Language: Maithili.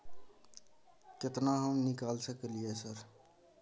केतना हम निकाल सकलियै सर?